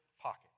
pocket